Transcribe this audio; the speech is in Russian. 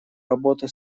работы